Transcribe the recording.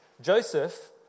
Joseph